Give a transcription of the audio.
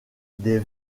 des